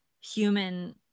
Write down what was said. human